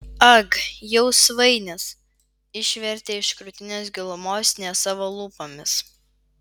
ag jau svainis išvertė iš krūtinės gilumos ne savo lūpomis